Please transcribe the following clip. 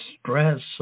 stress